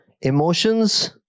emotions